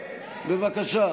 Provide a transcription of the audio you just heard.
בבקשה.